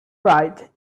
bright